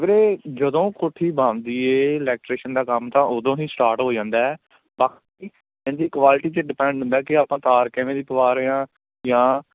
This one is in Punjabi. ਵੀਰੇ ਜਦੋਂ ਕੋਠੀ ਬਣਦੀ ਹੈ ਇਲੈਕਟ੍ਰੀਸ਼ਨ ਦਾ ਕੰਮ ਤਾਂ ਉਦੋਂ ਹੀ ਸਟਾਰਟ ਹੋ ਜਾਂਦਾ ਹੈ ਬਾਕੀ ਇਹਦੀ ਕੁਆਲਿਟੀ 'ਤੇ ਡਿਪੈਂਡ ਹੁੰਦਾ ਕਿ ਆਪਾਂ ਤਾਰ ਕਿਵੇਂ ਦੀ ਪਵਾ ਰਹੇ ਹਾਂ ਜਾਂ